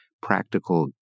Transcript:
practical